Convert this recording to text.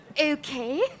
Okay